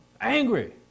Angry